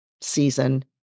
season